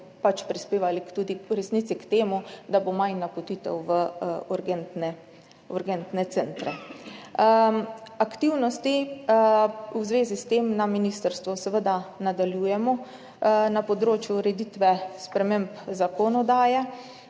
bodo prispevali v resnici tudi k temu, da bo manj napotitev v urgentne centre. Aktivnosti v zvezi s tem na ministrstvu seveda nadaljujemo, na področju ureditve sprememb zakonodaje,